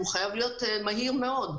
הוא חייב להיות מהיר מאוד.